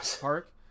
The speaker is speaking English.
Park